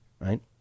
right